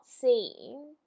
seen